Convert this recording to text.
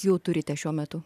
jau turite šiuo metu